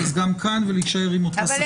גם כאן נישאר עם אותו נוסח.